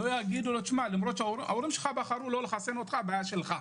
לא יאמרו לו ההורים שלך בחרו לא לחסן אותך בעיה שלך.